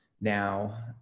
now